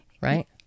right